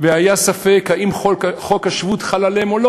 והיה ספק אם חוק השבות חל עליהם,